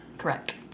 Correct